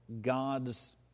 God's